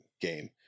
game